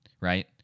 right